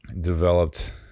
developed